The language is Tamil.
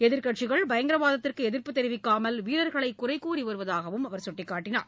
எதிர்க்கட்சிகள் பயங்கரவாதத்திற்கு எதிர்ப்பு தெரிவிக்காமல் வீரர்களை குறை கூறிவருவதாக சுட்டிக்காட்டனார்